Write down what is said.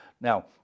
Now